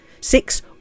Six